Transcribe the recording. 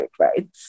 right